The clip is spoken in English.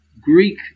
Greek